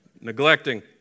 Neglecting